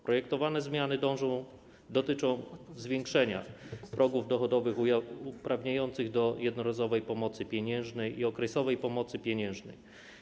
Projektowane zmiany dążą, dotyczą zwiększenia progów dochodowych uprawniających do jednorazowej pomocy pieniężnej i okresowej pomocy pieniężnej.